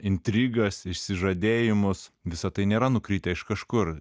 intrigas išsižadėjimus visa tai nėra nukritę iš kažkur